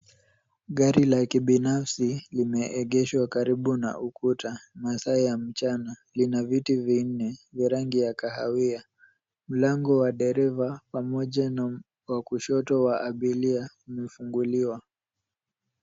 Gari la kibinafsi limeegeshwa karibu na ukuta masaa ya mchana. Lina viti vinne vya rangi ya kahawia. Mlango wa dereva pamoja na wa kushoto wa abiria umefunguliwa.